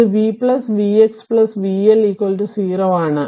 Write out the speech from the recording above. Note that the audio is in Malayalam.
ഇത് v v x vL 0 ആണ്